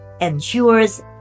ensures